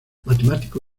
matemático